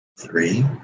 three